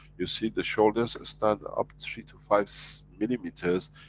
you see, the shoulders ah stand up three to five c. millimeters,